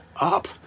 up